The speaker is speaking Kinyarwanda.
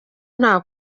nta